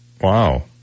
Wow